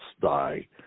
die